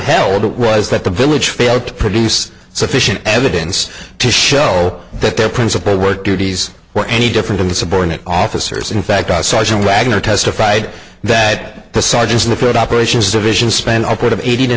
it was that the village failed to produce sufficient evidence to show that their principal work duties were any different in the subordinate officers in fact a sergeant wagoner testified that the sergeants in the field operations division spent upward of eighty to